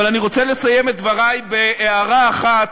אבל אני רוצה לסיים את דברי בהערה אחת,